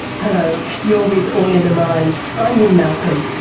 hello, you're with all in the mind, i'm lynne malcolm,